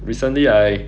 recently I